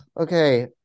okay